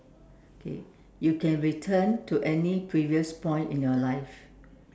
okay you can return to any previous point in your life